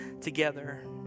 together